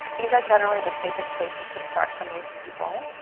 these are generally the safest places to start for most people.